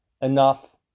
enough